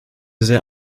sehr